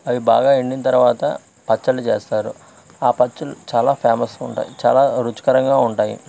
అవి బాగా ఎండిన తర్వాత పచ్చళ్ళు చేస్తారు ఆ పచ్చళ్ళు చాలా ఫేమస్ ఉంటాయి చాలా రుచికరంగా ఉంటాయి